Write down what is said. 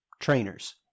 trainers